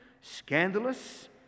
scandalous